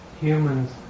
humans